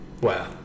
Wow